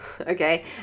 okay